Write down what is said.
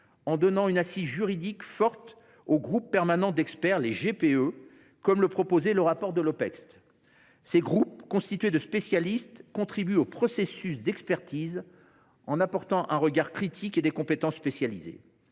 en donnant une assise juridique forte aux groupes permanents d’experts, les GPE, comme le proposait le rapport de l’Opecst. Ces groupes, constitués de spécialistes, contribuent au processus d’expertise, en lui apportant un regard critique et des compétences spécialisées.